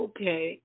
Okay